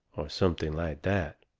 something like that?